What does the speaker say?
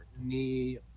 knee